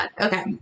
okay